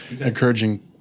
encouraging